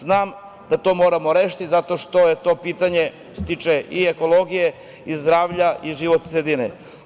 Znam da to moramo rešiti zato što se to pitanje tiče i ekologije, zdravlja i životne sredine.